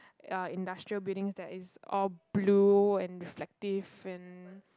uh industrial buildings that is all blue and reflective and